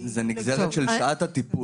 זה נגזרת של שעת הטיפול.